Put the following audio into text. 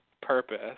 purpose